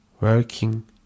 Working